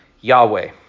Yahweh